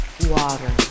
water